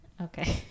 Okay